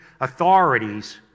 authorities